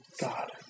God